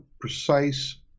precise